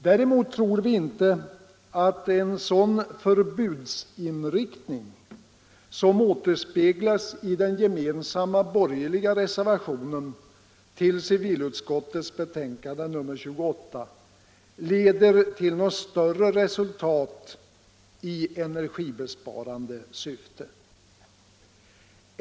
Däremot tror vi inte att en sådan förbudsinriktning som återspeglas i den gemensamma borgerliga reservationen till civilutskottets betänkande nr 28 leder till något större resultat i fråga om energibesparing.